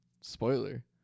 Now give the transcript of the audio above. Spoiler